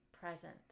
present